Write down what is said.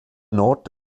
nord